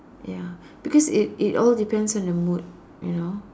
ya because it it all depends on your mood you know